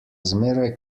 zmeraj